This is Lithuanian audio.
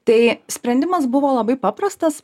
tai sprendimas buvo labai paprastas